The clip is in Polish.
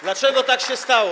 Dlaczego tak się stało?